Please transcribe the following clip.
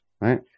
right